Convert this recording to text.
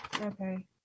Okay